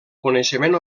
coneixement